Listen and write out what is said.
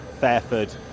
Fairford